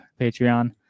Patreon